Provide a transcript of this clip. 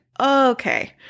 okay